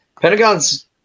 Pentagon's